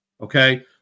okay